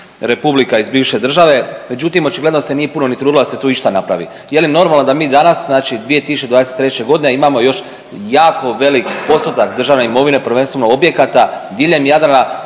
republika iz bivše države, međutim očigledno se nije puno ni trudila da se tu išta napravi. Je li normalno da mi danas, znači 2023.g. imamo još jako velik postotak državne imovine, prvenstveno objekata diljem Jadrana